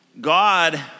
God